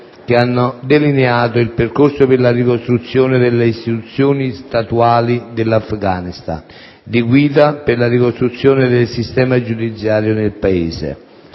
che hanno delineato il percorso per la ricostruzione delle istituzioni statuali dell'Afghanistan, di guida per la ricostruzione del sistema giudiziario nel Paese,